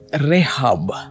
Rehab